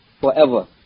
forever